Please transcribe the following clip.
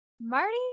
Marty